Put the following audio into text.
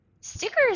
stickers